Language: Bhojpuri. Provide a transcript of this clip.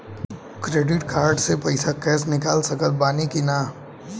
क्रेडिट कार्ड से पईसा कैश निकाल सकत बानी की ना?